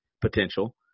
potential